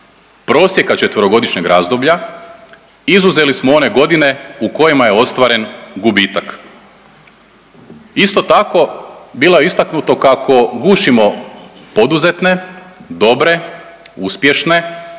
prosjeka četverogodišnjeg razdoblja izuzeli smo one godine u kojima je ostvaren gubitak. Isto tako, bilo je istaknuto kako gušimo poduzetne, dobre, uspješne